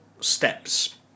steps